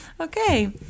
Okay